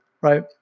right